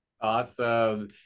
Awesome